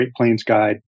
greatplainsguide